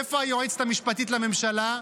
איפה היועצת המשפטית לממשלה?